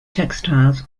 textiles